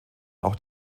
auch